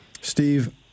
Steve